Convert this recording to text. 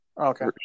Okay